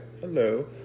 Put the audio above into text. Hello